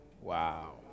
Wow